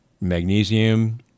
magnesium